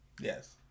Yes